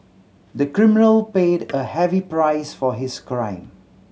the criminal paid a heavy price for his crime